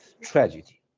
tragedy